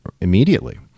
immediately